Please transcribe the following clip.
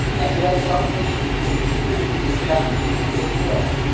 and today, some patients can keep their disease in check with a single pill.